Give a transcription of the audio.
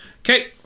Okay